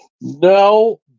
No